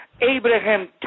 Abraham